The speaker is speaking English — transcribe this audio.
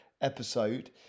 episode